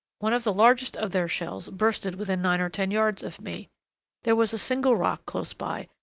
one of the largest of their shells bursted within nine or ten yards of me there was a single rock close by,